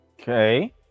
Okay